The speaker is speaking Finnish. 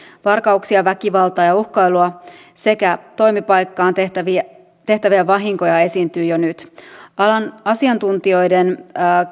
varkauksia väkivaltaa ja uhkailua sekä toimipaikkaan tehtäviä tehtäviä vahinkoja esiintyy jo nyt alan asiantuntijoiden